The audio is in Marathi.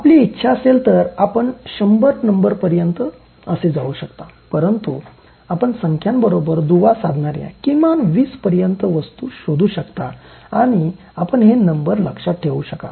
आपली इच्छा असेल तर आपण १०० नंबर पर्यंत जाऊ शकता परंतु आपण संख्यांबरोबर दुवा साधणार्या किमान २० पर्यंत वस्तू शोधू शकता आणि आपण हे नंबर लक्षात ठेवू शकाल